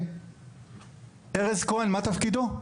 מה תפקידו?